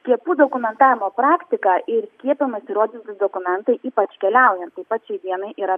skiepų dokumentavimo praktika ir skiepijimą įrodantys dokumentai ypač keliaujant ypač šiai dienai yra